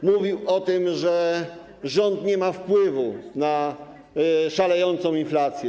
On mówił o tym, że rząd nie ma wpływu na szalejącą inflację.